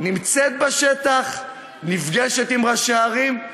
נמצאת בשטח, נפגשת עם ראשי ערים.